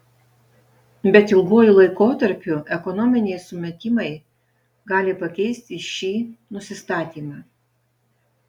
bet ilguoju laikotarpiu ekonominiai sumetimai gali pakeisti šį nusistatymą